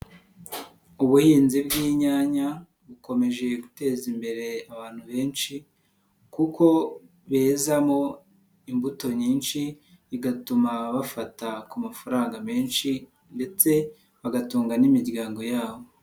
Ubuhinzi bw'inyanya bukomeje guteza imbere abantu benshi kuko bezamo imbuto nyinshi igatuma bafata ku mafaranga menshi ndetse bagatunga n'imiryango yabo.